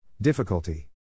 Difficulty